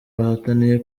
bahataniye